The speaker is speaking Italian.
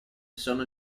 sono